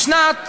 בשנת 1992,